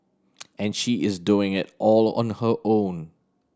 and she is doing it all on her own